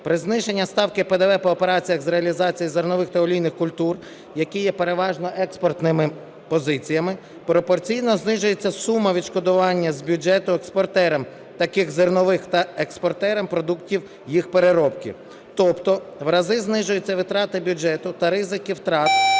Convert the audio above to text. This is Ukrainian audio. При зниженні ставки ПДВ по операціях з реалізації зернових та олійних культур, які є переважно експортними позиціями, пропорційно знижується сума відшкодування з бюджету експортерам таких зернових та експортерам продуктів їх переробки. Тобто в рази знижуються витрати бюджету та ризики втрат,